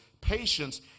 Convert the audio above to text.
patience